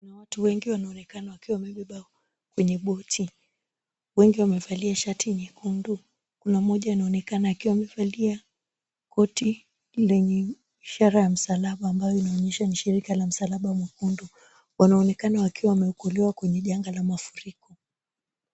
Watu wengi wanaonekana wakiwa wamebebwa kwenye boti. Wengi wamevalia shati nyekundu. Kuna mmoja anaonekana amevalia koti lenye ishara ya msalaba ambayo inaonyesha ni shirika la msalaba mwekundu. Wanaonekana wakiwa wameokolewa kwenye janga la mafuriko.